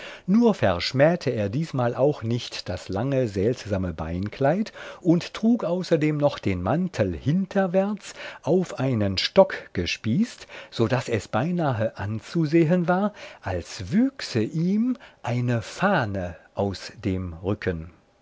nur verschmähte er diesmal auch nicht das lange seltsame beinkleid und trug außerdem noch den mantel hinterwärts auf einen stock gespießt so daß es beinahe anzusehen war als wüchse ihm eine fahne aus dem rücken